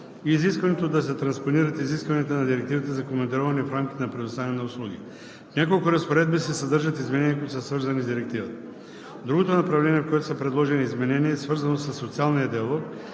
и изискването да се транспонират изискванията на Директивата за командироване в рамките на предоставяне на услуги. В няколко разпоредби се съдържат изменения, които са свързани с Директивата. Другото направление, в което са предложени изменения, е свързано със социалния диалог